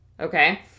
Okay